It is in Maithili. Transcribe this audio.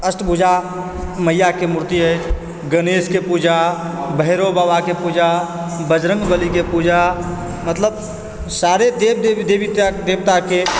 अष्टभुजा मइयाके मूर्ति अछि गणेशक पूजा भैरव बाबाके पूजा बजरङ्ग बलीके पूजा मतलब सारे देवी देवता देवताके